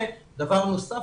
ודבר נוסף,